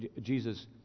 Jesus